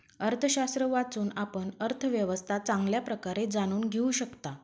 अर्थशास्त्र वाचून, आपण अर्थव्यवस्था चांगल्या प्रकारे जाणून घेऊ शकता